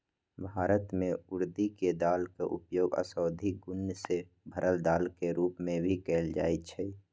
भारत में उर्दी के दाल के उपयोग औषधि गुण से भरल दाल के रूप में भी कएल जाई छई